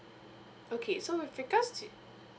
okay so with regards to